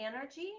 energy